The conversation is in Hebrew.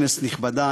כנסת נכבדה,